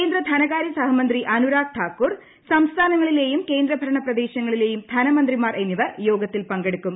കേന്ദ്ര ധനകാര്യ സഹമന്ത്രി അനുരാഗ് താക്കൂർ സംസ്ഥാനങ്ങളിലെയും കേന്ദ്രഭരണ പ്രദേശങ്ങളിലെയും ധനമന്ത്രിമാർ എന്നിവർ യോഗത്തിൽ പങ്കെടുക്കും